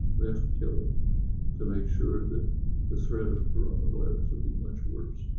we have to kill it to make sure that the threat of coronavirus will be much worse.